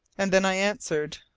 and then i answered